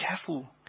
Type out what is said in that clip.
careful